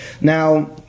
Now